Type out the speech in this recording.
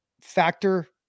factor